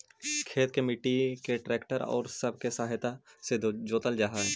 खेत के मट्टी के ट्रैक्टर औउर सब के सहायता से जोतल जा हई